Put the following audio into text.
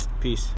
Peace